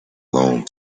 long